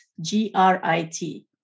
G-R-I-T